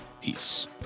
Peace